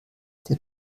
der